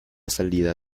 salida